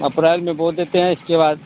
अप्रैल में बो देते हें इसके बाद